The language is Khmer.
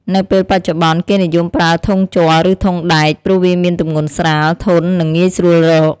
នៅពេលបច្ចុប្បន្ន គេនិយមប្រើ ធុងជ័រ ឬ ធុងដែក ព្រោះវាមានទម្ងន់ស្រាល ធន់ និងងាយស្រួលរក។